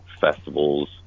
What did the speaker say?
festivals